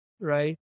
right